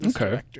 okay